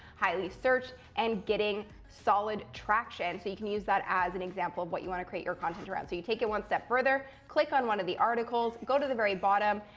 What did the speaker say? highly searched, and getting solid traction so you can use that as an example of what you want to create your content around. so, you take it one step further. click on one of the articles, go to the very bottom,